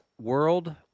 world